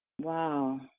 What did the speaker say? Wow